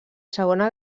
segona